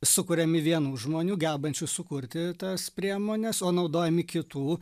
sukuriami vienų žmonių gebančių sukurti tas priemones o naudojami kitų